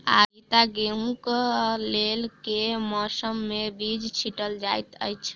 आगिता गेंहूँ कऽ लेल केँ मौसम मे बीज छिटल जाइत अछि?